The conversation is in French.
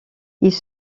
ils